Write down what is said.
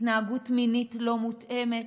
התנהגות מינית לא מותאמת,